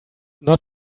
not